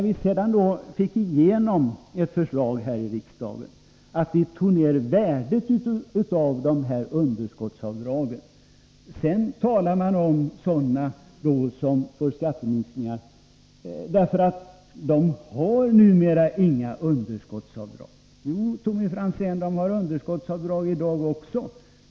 Vi fick igenom här i riksdagen ett förslag om att dra ner värdet av underskottsavdragen. Då sägs det att man får skatteminskningar, därför att man numera inte kan göra underskottsavdrag. Jo, Tommy Franzén, man får göra underskottsavdrag i dag också.